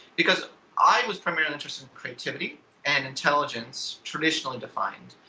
because i was primarily interested in creativity and intelligence traditionally defined.